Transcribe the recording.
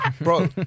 Bro